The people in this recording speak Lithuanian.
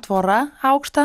tvora aukšta